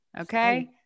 Okay